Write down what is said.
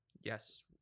yes